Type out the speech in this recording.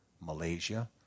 Malaysia